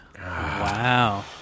Wow